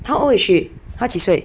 how old is she 她几岁